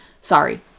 Sorry